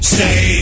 Stay